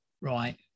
right